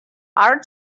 are